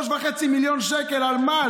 3.5 מיליון שקל, על מה?